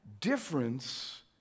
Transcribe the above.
difference